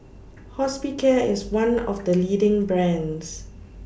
Hospicare IS one of The leading brands